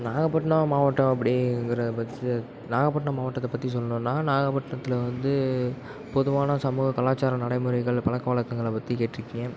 நாகப்பட்டினம் மாவட்டம் அப்படிங்கிற பற்றி நாகப்பட்டினம் மாவட்டத்தை பற்றி சொல்லணும்னால் நாகப்பட்டினத்தில் வந்து பொதுவான சமூக கலாச்சார நடைமுறைகள் பழக்க வழக்கங்களை பற்றி கேட்டிருக்கிங்க